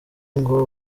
ngo